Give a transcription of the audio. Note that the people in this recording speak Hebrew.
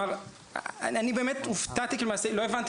אני באמת הופתעתי כי למעשה לא הבנתי